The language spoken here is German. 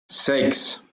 sechs